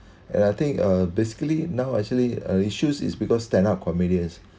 and I think uh basically now actually uh issues is because stand-up comedian's